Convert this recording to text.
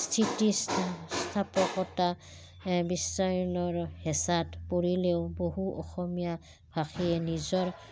স্থিতিস্থাপকতা বিশ্বায়নৰ হেঁচাত পৰিলেও বহু অসমীয়া ভাষীয়ে নিজৰ